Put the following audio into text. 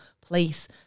place